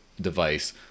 device